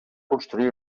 construir